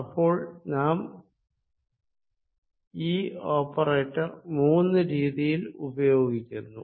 അപ്പോൾ നാം ഇപ്പോൾ ഈ ഓപ്പറേറ്റർ മൂന്നു രീതിയിൽ ഉപയോഗിക്കുന്നു